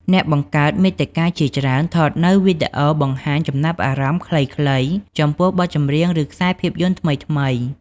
អ្នកបង្កើតមាតិកាជាច្រើនថតនូវវីដេអូបង្ហាញចំណាប់អារម្មណ៍ខ្លីៗចំពោះបទចម្រៀង ឬ ខ្សែភាពយន្តថ្មីៗ។